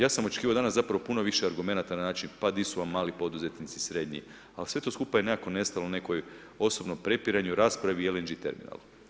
Ja sam očekivao danas zapravo puno više argumenata na način pa gdje su vam mali poduzetnici, srednji, ali sve to skupa je nekako nestalo u nekakvom osobnom prepiranju, raspravi i LNG Terminalu.